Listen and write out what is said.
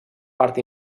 part